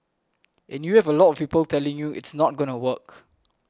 and you have a lot of people telling you it's not gonna work